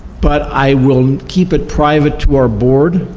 but i will keep it private to our board,